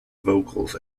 vocals